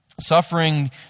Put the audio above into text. Suffering